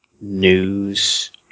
news